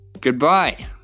goodbye